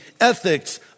ethics